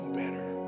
better